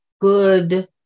good